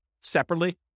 separately